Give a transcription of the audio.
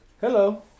hello